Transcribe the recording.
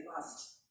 lost